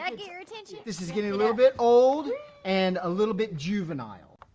um get your attention? this is getting a little bit old and a little bit juvenile.